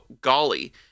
Golly